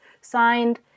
signed